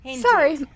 Sorry